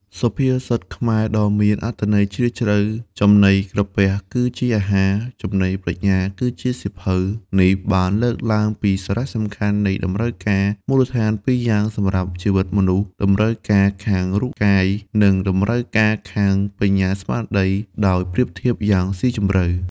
សុភាសិតខ្មែរដ៏មានអត្ថន័យជ្រាលជ្រៅ ចំណីក្រពះគឺជាអាហារ ចំណីប្រាជ្ញាគឺជាសៀវភៅ នេះបានលើកឡើងពីសារៈសំខាន់នៃតម្រូវការមូលដ្ឋានពីរយ៉ាងសម្រាប់ជីវិតមនុស្ស តម្រូវការខាងរូបកាយ និង តម្រូវការខាងបញ្ញាស្មារតី ដោយប្រៀបធៀបយ៉ាងស៊ីជម្រៅ។